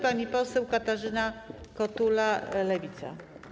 Pani poseł Katarzyna Kotula, Lewica.